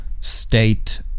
state